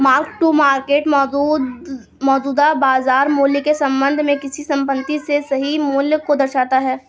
mark to market मौजूदा बाजार मूल्य के संबंध में किसी संपत्ति के सही मूल्य को दर्शाता है